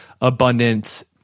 abundance